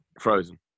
frozen